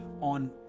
on